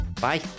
Bye